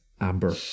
Amber